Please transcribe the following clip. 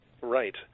Right